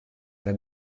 era